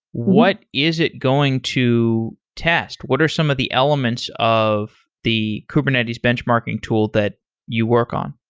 what is it going to test? what are some of the elements of the kubernetes benchmarking tool that you work on?